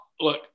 look